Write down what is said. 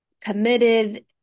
committed